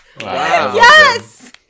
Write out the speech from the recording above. Yes